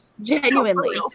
genuinely